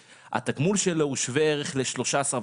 התגמול שלו הוא שווה ערך ל-13.5%,